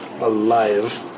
alive